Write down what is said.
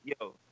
Yo